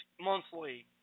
monthly